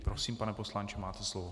Prosím, pane poslanče, máte slovo.